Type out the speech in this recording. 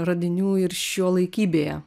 radinių ir šiuolaikybėje